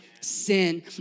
sin